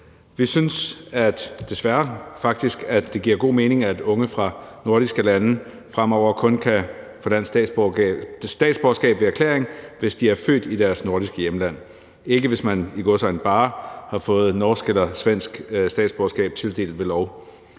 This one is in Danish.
faktisk, at det giver god mening, at unge fra nordiske lande fremover kun kan få dansk statsborgerskab ved erklæring, hvis de er født i deres nordiske hjemland, ikke hvis man – i gåseøjne – bare har fået norsk eller svensk statsborgerskab tildelt ved lov.